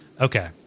Okay